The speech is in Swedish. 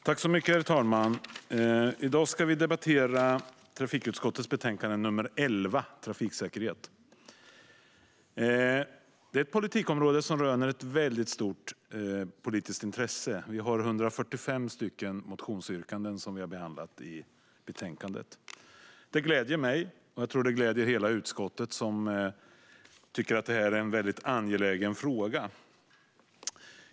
Herr talman! I dag debatterar vi utskottets betänkande 11 Trafiksäkerhet . Det är ett politikområde som röner stort politiskt intresse. Vi har behandlat 145 motionsyrkanden i betänkandet. Det gläder mig, och jag tror att det gläder hela utskottet, som tycker att det är en angelägen fråga.